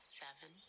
seven